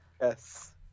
Yes